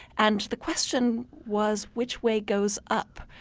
and the question was which way goes up?